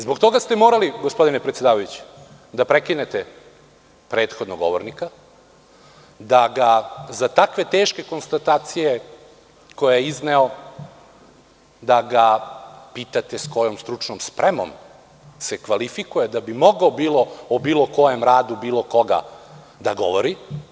Zbog toga ste morali, gospodine predsedavajući, da prekinete prethodnog govornika, da ga za takve teške konstatacije koje je izneo pitate s kojom stručnom spremom se kvalifikuje da bi mogao o bilo kojem radu, bilo koga da govori.